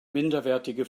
minderwertige